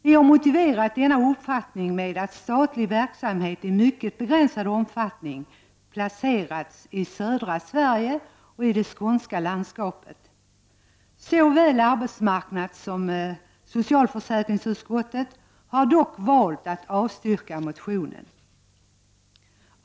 Vi har motiverat denna uppfattning med att statlig verksamhet i mycket begränsad omfattning placerats i södra Sverige och i det skånska landskapet. Såväl arbetsmarknadssom socialförsäkringsutskotten har dock valt att avstyrka motionen.